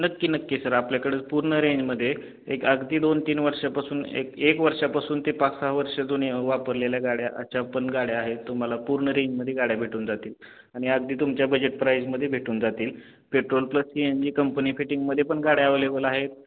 नक्की नक्की सर आपल्याकडं पूर्ण रेंजमध्ये एक अगदी दोन तीन वर्षापासून एक एक वर्षापासून ते पाच सहा वर्षा दूनी वापरलेल्या गाड्याच्या पण गाड्या आहेत तुम्हाला पूर्ण रेंजमध्ये गाड्या भेटून जातील आणि अगदी तुमच्या बजेट प्राईजमध्ये भेटून जातील petrol plus C N G company फिटिंगमध्ये पण गाड्या अवेलेबल आहेत